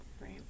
Right